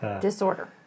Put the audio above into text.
disorder